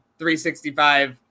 365